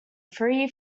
free